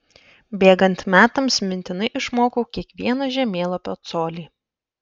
bėgant metams mintinai išmokau kiekvieną žemėlapio colį